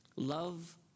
Love